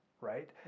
right